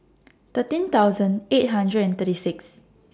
thirteen thousand eight hundred and thirty six